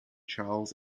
charles